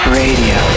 radio